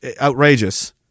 outrageous